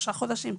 שלושה חודשים.